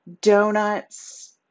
donuts